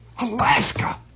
Alaska